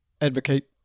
advocate